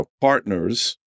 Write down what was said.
partners